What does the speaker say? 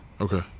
Okay